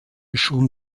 schon